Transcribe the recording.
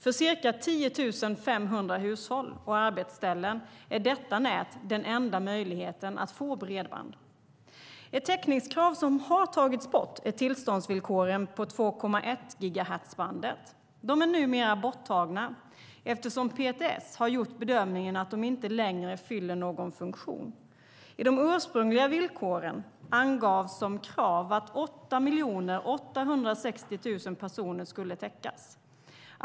För ca 10 500 hushåll och arbetsställen är detta nät den enda möjligheten att få bredband. Ett täckningskrav som har tagits bort är tillståndsvillkoren på 2,1-gigahertzbandet. De är numera borttagna eftersom PTS har gjort bedömningen att de inte längre fyller någon funktion. I de ursprungliga villkoren angavs som krav att 8 860 000 personer skulle täckas.